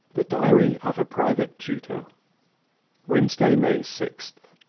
the diary of a private tutor wednesday, may sixth.